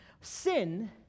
Sin